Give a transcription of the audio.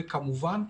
וכמובן,